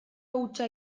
hutsa